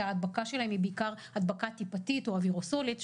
שההדבקה שלהם היא בעיקר הדבקה טיפתית או אווירוסולית,